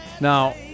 Now